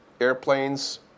airplanes